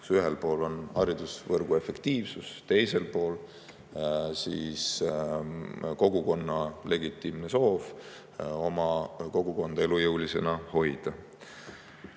ühel pool on haridusvõrgu efektiivsus, teisel pool kogukonna legitiimne soov kogukonda elujõulisena hoida.